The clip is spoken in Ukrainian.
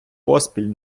поспіль